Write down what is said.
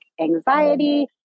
anxiety